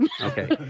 okay